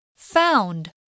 Found